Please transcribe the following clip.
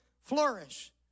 flourish